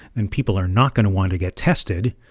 then people are not going to want to get tested.